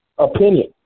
opinion